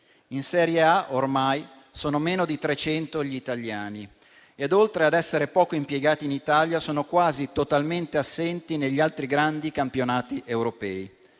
in Serie A, ormai, sono meno di 300 gli italiani che, oltre ad essere poco impiegati in Italia, sono quasi totalmente assenti negli altri grandi campionati europei.